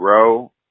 grow